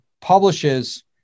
publishes